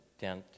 dent